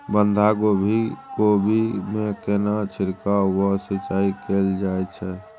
बंधागोभी कोबी मे केना छिरकाव व सिंचाई कैल जाय छै?